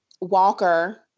Walker